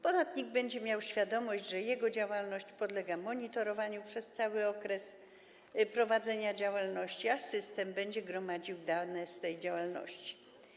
Podatnik będzie miał świadomość, że jego działalność podlega monitorowaniu przez cały okres prowadzenia działalności, a system będzie gromadził dane z tej działalności.